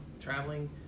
traveling